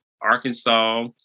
Arkansas